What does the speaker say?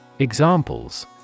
Examples